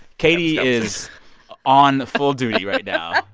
katie is on full duty right now.